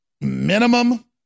minimum